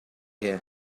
here